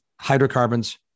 hydrocarbons